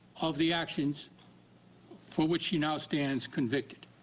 of the actions for which she now stands convicted.